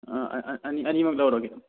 ꯑꯥ ꯑꯅꯤꯃꯛ ꯂꯧꯔꯒꯦ